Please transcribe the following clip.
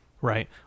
right